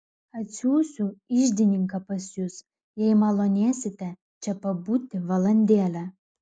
atsiųsiu iždininką pas jus jei malonėsite čia pabūti valandėlę